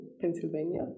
Pennsylvania